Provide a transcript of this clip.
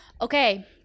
okay